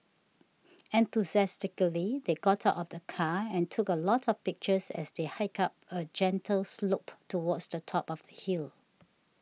enthusiastically they got out of the car and took a lot of pictures as they hiked up a gentle slope towards the top of the hill